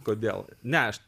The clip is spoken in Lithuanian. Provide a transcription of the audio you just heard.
kodėl ne aš